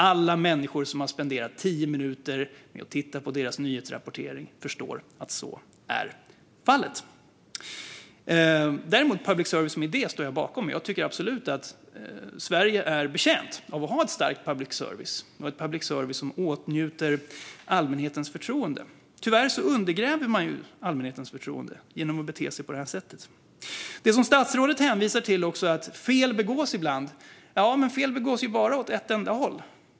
Alla människor som har spenderat tio minuter åt att titta på deras nyhetsrapportering förstår att så är fallet. Däremot står jag bakom public service som idé. Jag tycker absolut att Sverige är betjänt av att ha en stark public service och en public service som åtnjuter allmänhetens förtroende. Tyvärr undergräver man allmänhetens förtroende genom att bete sig på detta sätt. Statsrådet hänvisar också till att fel begås ibland. Ja, men fel begås bara åt ett enda håll.